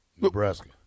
Nebraska